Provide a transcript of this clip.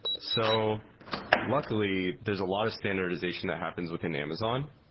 so luckily, there's a lot of standardization that happens within amazon,